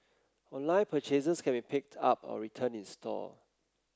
online purchases can be picked up or returned in store